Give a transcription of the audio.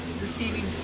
receiving